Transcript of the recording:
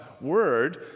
Word